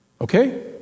Okay